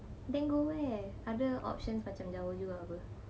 then go where other options macam jauh juga [pe]